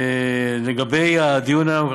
לגבי הדיון היום,